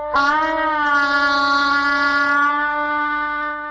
i